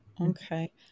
okay